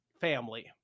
family